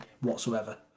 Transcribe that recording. whatsoever